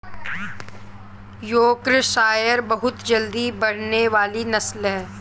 Yorkshire बहुत जल्दी बढ़ने वाली नस्ल है